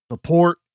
Support